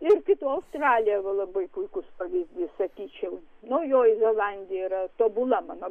ir kita australija labai puikus pavyzdys sakyčiau naujoji zelandija yra tobula mano